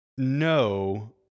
No